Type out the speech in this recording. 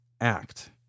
act